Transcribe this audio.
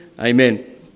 amen